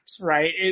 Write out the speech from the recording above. Right